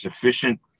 Sufficient